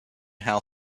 how